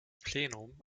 plenum